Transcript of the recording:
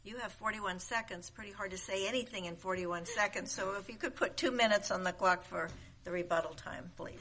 you have forty one seconds pretty hard to say anything in forty one seconds so if you could put two minutes on the clock for the rebuttal time